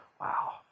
Wow